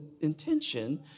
intention